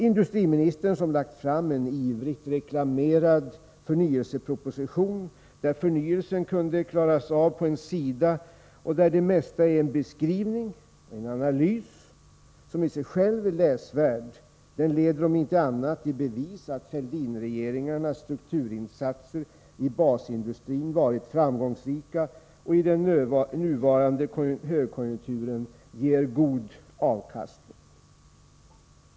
Industriministern, som lagt fram en ivrigt reklamerad förnyelseproposition, där förnyelsen kunde ha klarats av på en sida och där det mesta är en beskrivning och analys som i sig själv är läsvärd. Den leder om inte annat i bevis att Fälldinregeringarnas strukturinsatser i basindustrin varit framgångsrika och i den nuvarande högkonjunkturen ger god avkastning.